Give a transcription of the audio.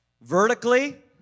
Vertically